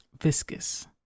viscous